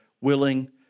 willing